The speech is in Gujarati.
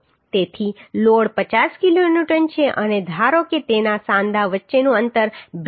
તેથી લોડ 50 કિલોન્યુટન છે અને ધારો કે તેના સાંધા વચ્ચેનું અંતર 2 મીટર છે